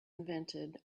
invented